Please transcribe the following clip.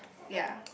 ya